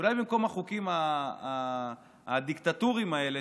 אולי במקום החוקים הדיקטטוריים האלה,